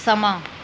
ਸਮਾਂ